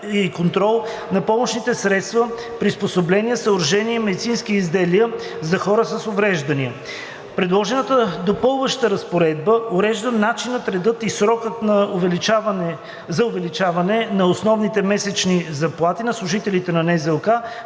и контрол на помощните средства, приспособления, съоръжения и медицински изделия (ПСПСМИ) за хора с увреждания. Предложената допълваща разпоредба урежда начина, реда и срока за увеличение на основните месечни заплати на служителите на НЗОК,